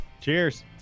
Cheers